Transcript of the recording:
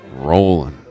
rolling